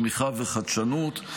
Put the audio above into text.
לצמיחה ולחדשנות.